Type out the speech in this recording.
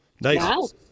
Nice